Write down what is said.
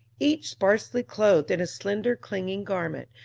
each sparsely clothed in a slender clinging garment,